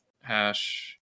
Hash